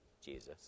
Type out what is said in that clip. Jesus